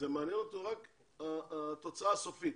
מעניין אותו רק התוצאה הסופית,